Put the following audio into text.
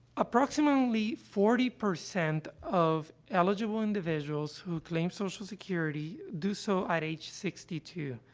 approximately forty percent of eligible individuals who claim social security do so at age sixty two,